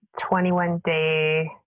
21-day